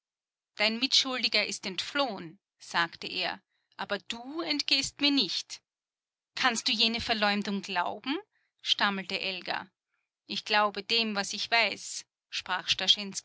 dein mitschuldiger ist entflohen sagte er aber du entgehst mir nicht kannst du jene verleumdung glauben stammelte elga ich glaube dem was ich weiß sprach